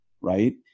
Right